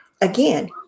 again